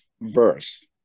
verse